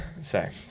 say